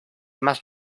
más